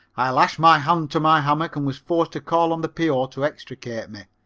i lashed my hand to my hammock and was forced to call on the p o. to extricate me.